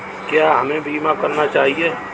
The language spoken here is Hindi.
क्या हमें बीमा करना चाहिए?